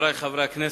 חברי חברי הכנסת,